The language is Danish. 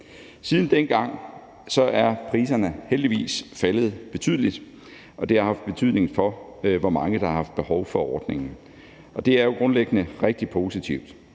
Siden dengang er priserne heldigvis faldet betydeligt, og det har haft betydning for, hvor mange der har haft behov for ordningen. Det er jo grundlæggende rigtig positivt.